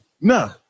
No